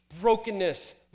brokenness